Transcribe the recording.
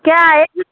क्या हे